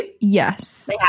Yes